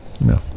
No